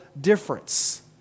difference